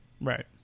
Right